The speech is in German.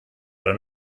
oder